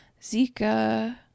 zika